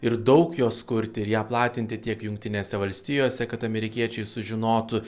ir daug jos kurti ir ją platinti tiek jungtinėse valstijose kad amerikiečiai sužinotų